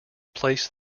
placed